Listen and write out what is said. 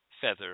feather